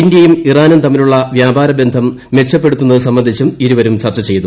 ഇന്ത്യയും ഇറാനും തമ്മിലുള്ള വ്യാപാരബന്ധം മെച്ചപ്പെടുത്തുന്നത് സംബന്ധിച്ചും ഇരുവരും ചർച്ച ചെയ്തു